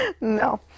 no